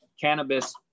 cannabis